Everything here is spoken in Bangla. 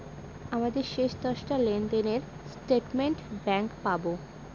আমাদের শেষ দশটা লেনদেনের স্টেটমেন্ট ব্যাঙ্কে পাবো